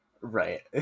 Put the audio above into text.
Right